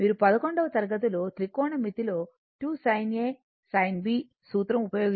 మీరు పదకొండవ తరగతిలో త్రికోణమితిలో 2 sin A sin B సూత్రం ఉపయోగించుంటారు